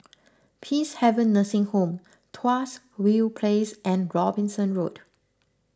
Peacehaven Nursing Home Tuas View Place and Robinson Road